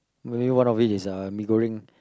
maybe one of it is uh mee-goreng